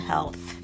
Health